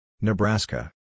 Nebraska